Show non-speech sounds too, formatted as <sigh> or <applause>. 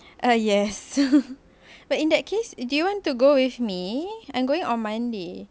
uh yes <laughs> but in that case do you want to go with me I'm going on monday